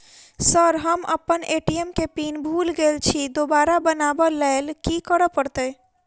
Sir हम अप्पन ATM केँ पिन भूल गेल छी दोबारा बनाब लैल की करऽ परतै?